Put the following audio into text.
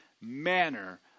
manner